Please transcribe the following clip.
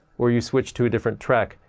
or you switch to a different track.